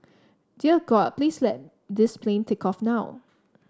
dear god please let this plane take off now